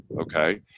okay